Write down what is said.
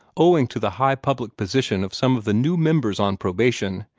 owing to the high public position of some of the new members on probation,